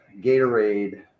Gatorade